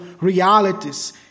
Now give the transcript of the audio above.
realities